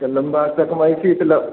तो लंबा चकमाइसी इतना